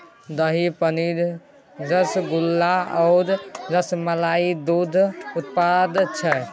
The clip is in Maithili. दही, पनीर, रसगुल्ला आ रसमलाई दुग्ध उत्पाद छै